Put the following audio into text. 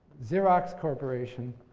xerox corporation,